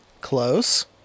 Close